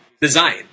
design